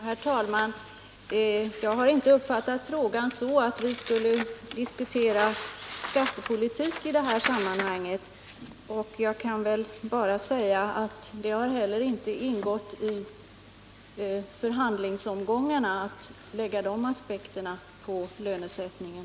Herr talman! Jag har inte uppfattat frågan så att vi skulle diskutera skattepolitik i det här sammanhanget. Det har inte heller ingått i förhandlingsomgångarna att lägga sådana aspekter på lönesättningen.